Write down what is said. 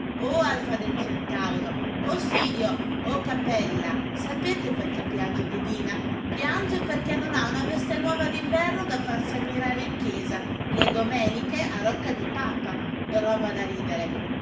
oh alfa del centauro oh sirio oh capella sapete perché piange didina piange perché non ha una veste nuova d'inverno da farsi ammirare in chiesa le domeniche a rocca di papa roba da ridere